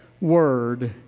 word